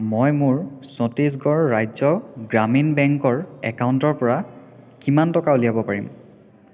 মই মোৰ ছত্তিচগড় ৰাজ্য গ্ৰামীণ বেংকৰ একাউণ্টৰ পৰা কিমান টকা উলিয়াব পাৰিম